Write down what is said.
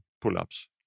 pull-ups